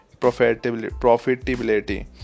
profitability